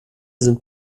sind